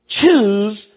choose